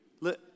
Look